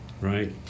right